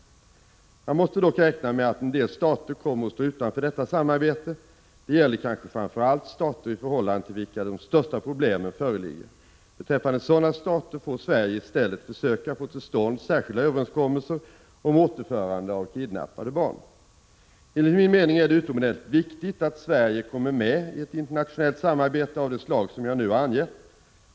Man måste dock räkna med att en del stater kommer att stå utanför detta samarbete. Det gäller kanske framför allt stater i förhållande till vilka de största problemen föreligger. Beträffande sådana stater får Sverige i stället försöka få till stånd särskilda överenskommelser om återförande av kidnappade barn. Enligt min mening är det utomordentligt viktigt att Sverige kommer med i ett internationellt samarbete av det slag som jag nu har angett.